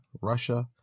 Russia